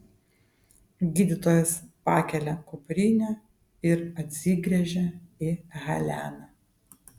gydytojas pakelia kuprinę ir atsigręžia į heleną